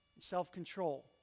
self-control